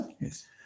Yes